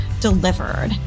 delivered